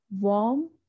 warm